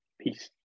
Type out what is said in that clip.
peace